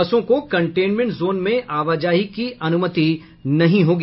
बसों को containment zone में आवाजाही की अनुमति नहीं होगी